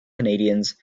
canadians